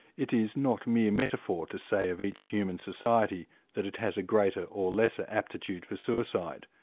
it is not mere metaphor to say of each human society that it has a greater or lesser aptitude for suicide.